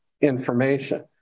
information